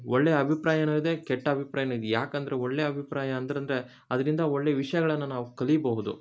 ಒಳ್ಳೆ ಅಭಿಪ್ರಾಯನೂ ಇದೆ ಕೆಟ್ಟ ಅಭಿಪ್ರಾಯನೂ ಇದೆ ಯಾಕಂದರೆ ಒಳ್ಳೆ ಅಭಿಪ್ರಾಯ ಅಂದ್ರೆ ಅಂದರೆ ಅದರಿಂದ ಒಳ್ಳೆ ವಿಷಯಗಳನ್ನ ನಾವು ಕಲಿಬಹುದು